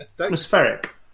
Atmospheric